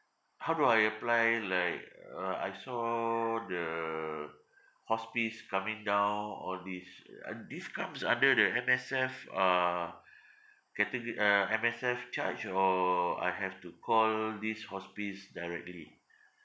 how do I apply like uh I saw the hospice coming down all these uh this comes under the M_S_F uh catego~ uh M_S_F charge or I have to call this hospice directly